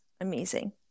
amazing